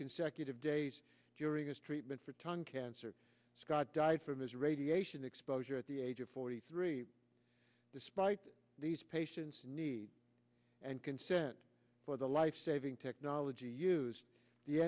consecutive days during his treatment for tongue cancer scott died from his radiation exposure at the age of forty three despite these patients need and consent for the life saving technology used the